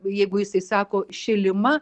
jeigu jisai sako šilima